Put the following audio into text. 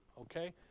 okay